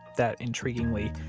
that, intriguingly,